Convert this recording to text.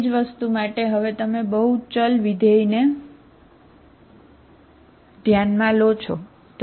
એ જ વસ્તુ માટે હવે તમે બહુ ચલ વિધેયને ધ્યાનમાં લો છો